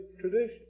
tradition